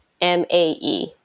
M-A-E